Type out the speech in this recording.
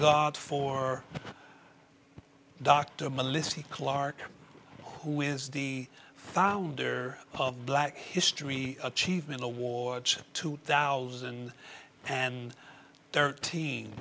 god for dr melissy clark who is the founder of black history achievement awards two thousand and thirteen